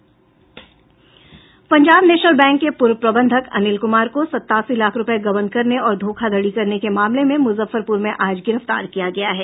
Punjab national bank के पूर्व प्रबंधक अनिल कुमार को सतासी लाख रूपये गबन करने और धोखाधड़ी करने के मामले में मुजफ्फरपुर में आज गिरफ्तार किया गया है